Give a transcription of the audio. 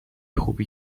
خوبی